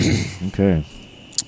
Okay